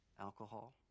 alcohol